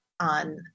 on